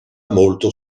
molto